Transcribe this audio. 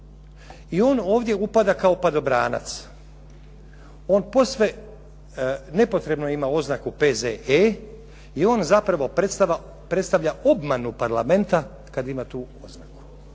i on ovdje upada kao padobranac. On posve nepotrebno ima oznaku P.Z.E. i on zapravo predstavlja obmanu parlamenta kada ima tu oznaku.